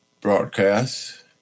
broadcast